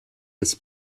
des